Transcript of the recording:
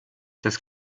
das